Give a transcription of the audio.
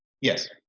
yes